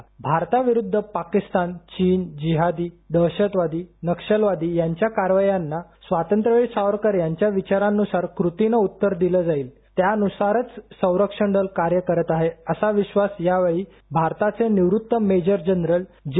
भारताविरुद्ध पाकिस्तान चीन जिहादी दहशतवादी नक्षलवादी यांच्या कारवायांना स्वातंत्र्यवीर सावरकर यांच्या विचारांनुसार कृतीनं उत्तर दिलं जाईल त्यानुसारच संरक्षण दल कार्य करत आहेअसा विश्वास यावेळी भारताचे निवृत्त मेजर जनरल जे